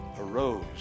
arose